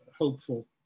hopeful